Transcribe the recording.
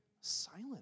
silent